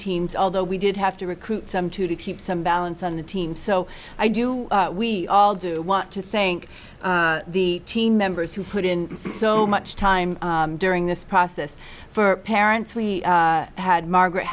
teams although we did have to recruit some to keep some balance on the team so i do we all do want to thank the team members who put in so much time during this process for parents we had margaret